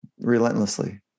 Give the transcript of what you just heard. relentlessly